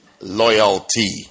loyalty